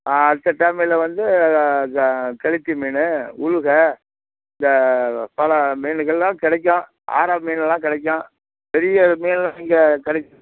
மிச்ச டைமில் வந்து கெளுத்தி மீன் உளுக இந்த பல மீனுகள்லாம் கிடைக்கும் ஆரா மீனுலாம் கிடைக்கும் பெரிய மீனெல்லாம் இங்கே கிடைக்கும்